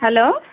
hello